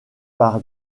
par